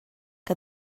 que